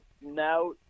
now